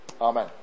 Amen